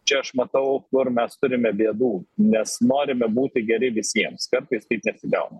čia aš matau kur mes turime bėdų nes norime būti geri visiems kartais taip nesigauna